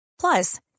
Plus